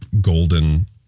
golden